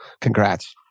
Congrats